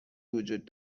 وجود